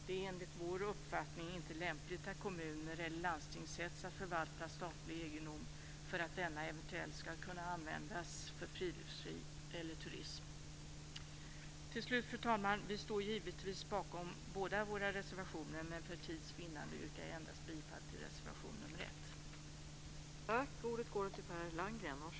Det är enligt vår uppfattning inte lämpligt att kommuner eller landsting sätts att förvalta statlig egendom bara för att denna eventuellt ska kunna användas för friluftsliv eller turism. Till slut, fru talman, vill jag säga att vi givetvis står bakom båda våra reservationer, men för tids vinnande yrkar jag endast bifall till reservation 3.